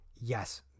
Yes